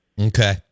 Okay